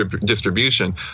distribution